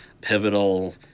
Pivotal